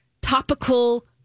topical